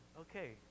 okay